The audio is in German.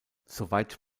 soweit